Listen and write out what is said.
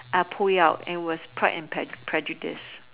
and I pull it out and it was Pride and Prejudice